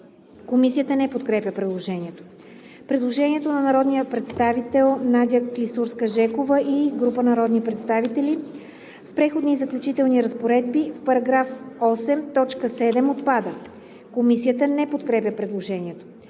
Комисията не подкрепя предложението. Предложение на народния представител Надя Клисурска-Жекова и група народни представители: „В Преходни и заключителни разпоредби в § 8 т. 7 отпада.“ Комисията не подкрепя предложението.